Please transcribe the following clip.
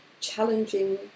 challenging